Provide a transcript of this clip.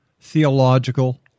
theological